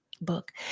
book